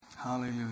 Hallelujah